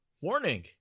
warning